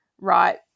right